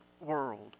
world